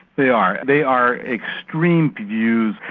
they are. they are extreme views.